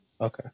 Okay